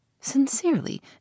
Sincerely